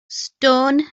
stone